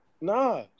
Nah